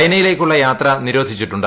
ചൈനയിലേക്കുള്ള യാത്ര നിരോധിച്ചിട്ടുണ്ട്